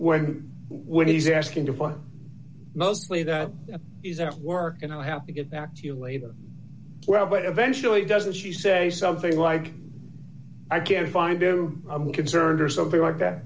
when when he's asking to find mostly that is at work and i have to get back to you later well but eventually doesn't she say something like i can't find do i'm concerned or something like that